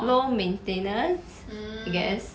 low maintenance I guess